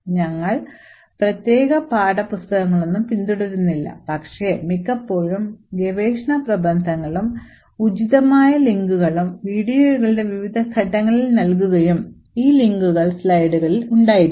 ഞങ്ങൾ പ്രത്യേക പാഠപുസ്തകങ്ങളൊന്നും പിന്തുടരുകയില്ല പക്ഷേ മിക്കപ്പോഴും ഗവേഷണ പ്രബന്ധങ്ങളും ഉചിതമായ ലിങ്കുകളും വീഡിയോകളുടെ വിവിധ ഘട്ടങ്ങളിൽ നൽകുകയും ഈ ലിങ്കുകൾ സ്ലൈഡുകളിൽ ഉണ്ടായിരിക്കും